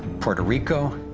puerto rico,